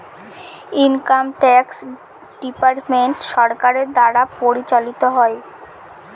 income tax department সরকারের দ্বারা পরিচালিত হয়